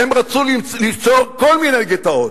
הם רצו ליצור כל מיני גטאות,